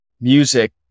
music